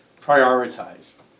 prioritize